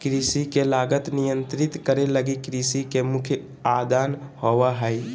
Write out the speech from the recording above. कृषि के लागत नियंत्रित करे लगी कृषि के मुख्य आदान होबो हइ